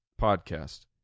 podcast